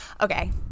Okay